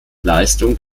leistung